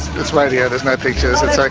it's radio, there's no pictures, it's like